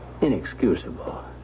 inexcusable